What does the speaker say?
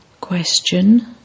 Question